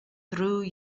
through